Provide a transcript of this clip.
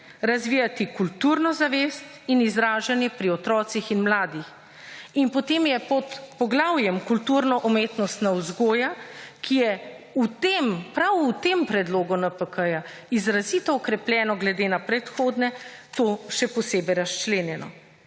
razvijati kulturno zavest in izražanje pri otrocih in mladih. In potem je pod poglavjem kulturno umetnostna vzgoja, ki je v tem, prav v tem predlogu NPK izrazito okrepljeno glede na predhodne, to še posebej razčlenjeno.